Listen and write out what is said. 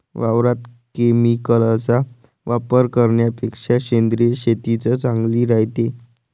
वावरात केमिकलचा वापर करन्यापेक्षा सेंद्रिय शेतीच चांगली रायते